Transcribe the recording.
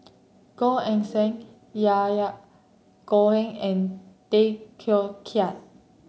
Gan Eng Seng Yahya Cohen and Tay Teow Kiat